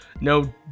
no